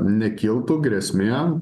nekiltų grėsmė